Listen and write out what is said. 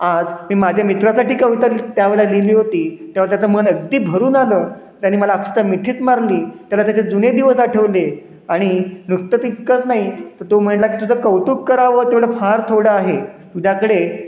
आज मी माझ्या मित्रासाठी कविता लि त्यावेळेला लिहिली होती त्यावेळेला त्याचं मन अगदी भरून आलं त्यानी मला अक्षरशः मिठिच मारली त्याला त्याचे जुने दिवस आठवले आणि नुकतं तितकं नाही तो म्हणला की तुझं कौतुक करावं तेवढं फार थोडं आहे तुझ्याकडे